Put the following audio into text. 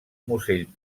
musell